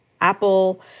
Apple